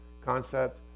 concept